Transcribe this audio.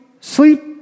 sleep